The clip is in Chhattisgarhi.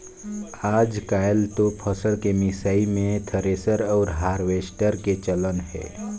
आयज कायल तो फसल के मिसई मे थेरेसर अउ हारवेस्टर के चलन हे